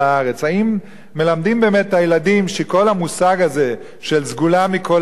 האם מלמדים באמת את כל הילדים שכל המושג הזה של סגולה מכל העמים,